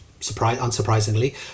unsurprisingly